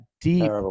deep